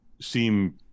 seem